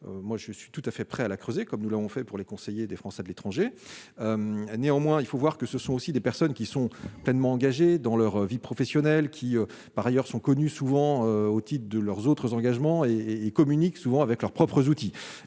moi je suis tout à fait prêt à la creuser comme nous l'avons fait pour les conseillers des Français de l'étranger, néanmoins, il faut voir que ce sont aussi des personnes qui sont pleinement engagés dans leur vie professionnelle, qui par ailleurs sont connus, souvent au titre de leurs autres engagements et et communique souvent avec leurs propres outils,